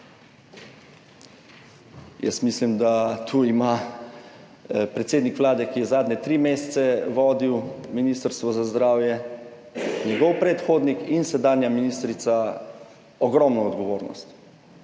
Jaz mislim, da imajo tu predsednik Vlade, ki je zadnje tri mesece vodil Ministrstvo za zdravje, njegov predhodnik in sedanja ministrica ogromno odgovornost.